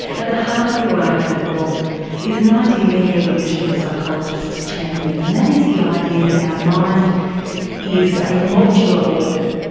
at the heart of your argument rob is an idea many evolutionary psychologists champion and that is the idea that our mind is a modular organ.